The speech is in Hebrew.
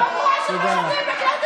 חבר הכנסת איימן עודה, אינו נוכח, חברת הכנסת